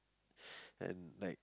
and like